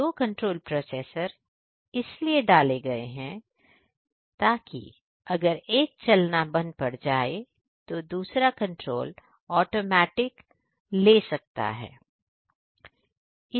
दो control processor इसलिए डाले गए हैं अगर एक चलना बंद पड़ जाए दूसरा कंट्रोल ऑटोमेटिक के लिए ले सकता है